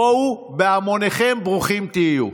בואו בהמוניכם, ברוכים תהיו.